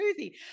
smoothie